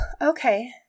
Okay